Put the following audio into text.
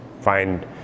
find